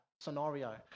scenario